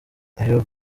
eyob